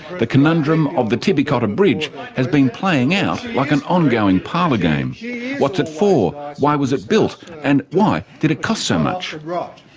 the conundrum of the tibby cotter bridge has been playing out like an ongoing parlour game yeah what's it for, why was it built and why did it cost so much, perfectly